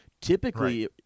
Typically